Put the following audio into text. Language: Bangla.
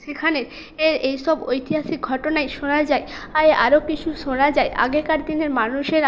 সেখানের এর এইসব ঐতিহাসিক ঘটনাই শোনা যায় আয় আরও কিছু শোনা যায় আগেকার দিনের মানুষেরা